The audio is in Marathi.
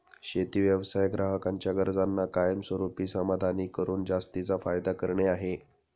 शेती व्यवसाय ग्राहकांच्या गरजांना कायमस्वरूपी समाधानी करून जास्तीचा फायदा करणे आहे